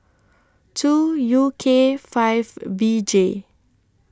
two U K five B J